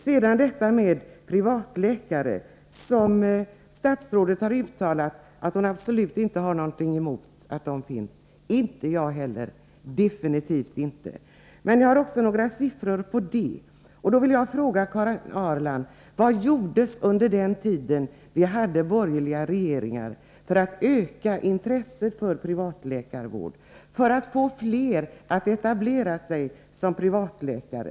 Sedan till frågan om privatläkare. Statsrådet har ju sagt att hon absolut inte har någonting emot att det finns privatläkare, och det har inte heller jag, absolut inte. Men jag har också några siffror beträffande den här saken. Jag vill fråga Karin Ahrland: Vad gjordes under de borgerliga regeringarnas tid för att öka intresset för privatläkarvård, för att få fler att etablera sig som privatläkare?